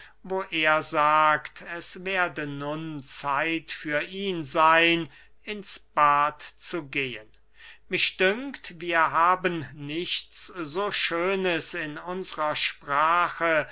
wo er sagt es werde nun zeit für ihn seyn ins bad zu gehen mich dünkt wir haben nichts so schönes in unsrer sprache